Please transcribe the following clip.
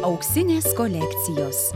auksinės kolekcijos